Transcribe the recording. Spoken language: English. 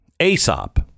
Aesop